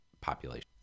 population